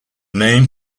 name